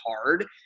hard